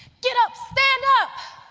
get up. stand up?